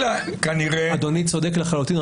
אדוני צודק לחלוטין,